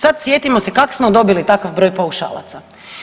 Sad sjetimo se kak smo dobili takav broj paušalaca.